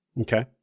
Okay